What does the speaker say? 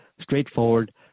straightforward